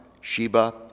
Sheba